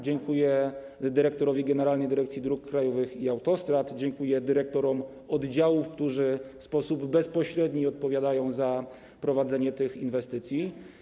Dziękuję dyrektorowi Generalnej Dyrekcji Dróg Krajowych i Autostrad, dziękuję dyrektorom oddziałów, którzy w sposób bezpośredni odpowiadają za prowadzenie tych inwestycji.